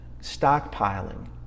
stockpiling